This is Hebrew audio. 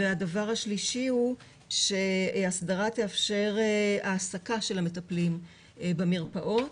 דבר שלישי הוא שהסדרה תאפשר העסקה של המטפלים במרפאות,